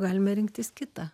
galime rinktis kitą